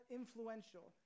influential